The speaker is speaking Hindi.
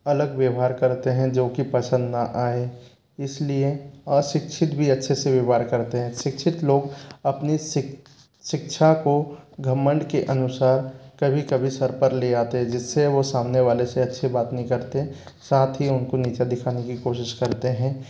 अलग व्यवहार करते हैं जोकि पसंद ना आए इसलिए अशिक्षित भी अच्छे से व्यवहार करते हैं शिक्षित लोग अपनी शिक्षा को घमंड के अनुसार कभी कभी सिर पर ले आते है जिससे वो सामने वाले से अच्छी बात नहीं करते साथ ही उनको नीचा दिखाने की कोशिश करते हैं